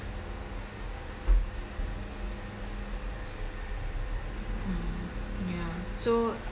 so